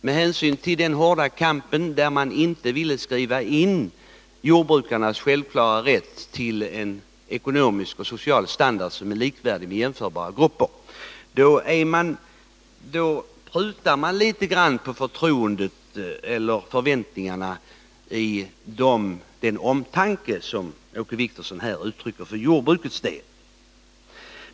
Med hänsyn till den hårda kampen, när man inte ville skriva in jordbrukarnas självklara rätt till en ekonomisk och social standard som är likvärdig med jämförbara gruppers, så prutar man litet på förväntningarna i den omtanke som Åke Wictorsson här uttrycker för jordbrukets del.